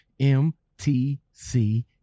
MTC